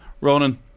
Ronan